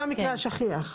זה המקרה השכיח.